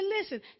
listen